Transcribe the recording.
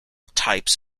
types